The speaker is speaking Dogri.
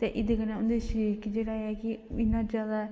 ते एह्दे कन्नै उंदे शरीर गी जेह्ड़ा ऐ कि इन्ना ज्यादा